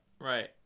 Right